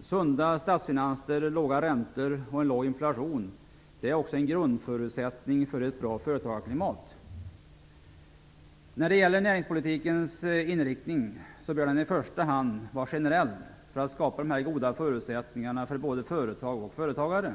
Sunda statsfinanser, låga räntor och en låg inflation är också en grundförutsättning för ett bra företagarklimat. Näringspolitikens inriktning bör i första hand vara generell för att skapa de goda förutsättningarna för både företag och företagare.